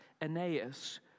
Aeneas